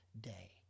day